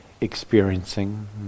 Experiencing